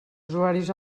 usuaris